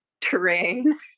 terrain